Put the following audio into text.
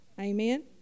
Amen